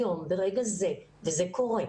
היום, ברגע זה, וזה קורה,